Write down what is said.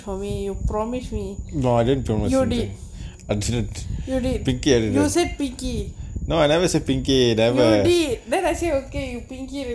for me you promise me you did you did you said picky you did then I say okay you pinky